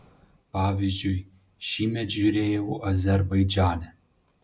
pavyzdžiui šįmet žiūrėjau azerbaidžane